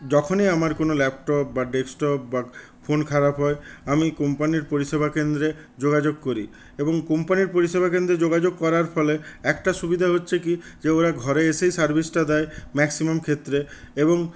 যখনই আমার কোনো ল্যাপটপ বা ডেস্কটপ বা ফোন খারাপ হয় আমি কোম্পানির পরিষেবা কেন্দ্রে যোগাযোগ করি এবং কোম্পানির পরিষেবা কেন্দ্রে যোগাযোগ করার ফলে একটা সুবিধা হচ্ছে কি যে ওরা ঘরে এসেই সার্ভিসটা দেয় ম্যাক্সিমাম ক্ষেত্রে এবং